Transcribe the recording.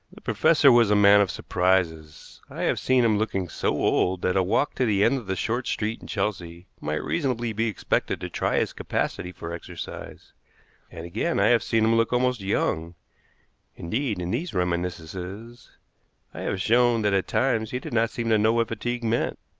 the professor was a man of surprises. i have seen him looking so old that a walk to the end of the short street in chelsea might reasonably be expected to try his capacity for exercise and, again, i have seen him look almost young indeed, in these reminiscences i have shown that at times he did not seem to know what fatigue meant.